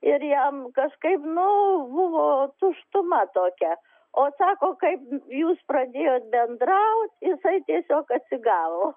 ir jam kažkaip nu buvo tuštuma tokia o sako kaip jūs pradėjote bendraut jisai tiesiog atsigavo